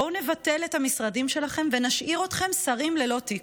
בואו נבטל את המשרדים שלכם ונשאיר אתכם שרים ללא תיק.